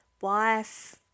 wife